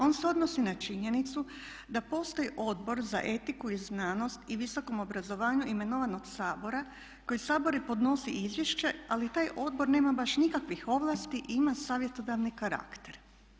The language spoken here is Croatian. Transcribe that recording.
On se odnosi na činjenicu da postoji Odbor za etiku i znanost i visokom obrazovanju imenovanog Sabora koje Saboru podnosi izvješće ali taj odbor nema baš nikakvih ovlasti i ima savjetodavni karakter.